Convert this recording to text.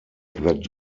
that